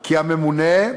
כי הממונֶה,